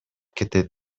кетет